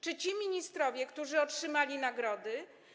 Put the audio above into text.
Czy ci ministrowie, którzy otrzymali nagrody?